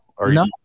No